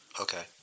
Okay